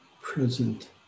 present